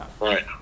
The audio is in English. Right